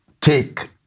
take